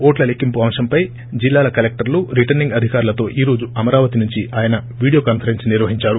ఓట్ల లెక్కింపు అంశంపై జిల్లాల కలెక్టర్లు రిటర్సింగ్ అధికారులతో ఈ రోజు అమరామతి నుంచి ఆయన వీడియోకాన్సరెస్స్ నిర్వహించారు